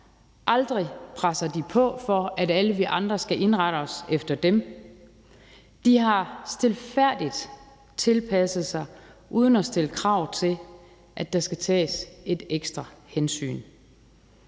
aldrig presser de på for, at alle vi andre skal indrette os efter dem. De har stilfærdigt tilpasset sig uden at stille krav til, at der skal tages et ekstra hensyn.